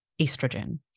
estrogen